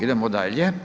Idemo dalje.